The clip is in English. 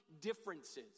differences